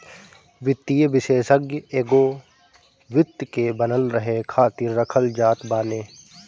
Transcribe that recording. वित्तीय विषेशज्ञ एगो वित्त के बनल रहे खातिर रखल जात बाने